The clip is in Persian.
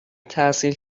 تحصیل